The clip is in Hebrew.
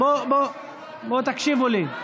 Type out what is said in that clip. תקשיבו לי.